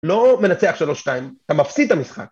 לא מנצח שלוש שתיים, אתה מפסיד את המשחק.